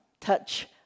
touch